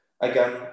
again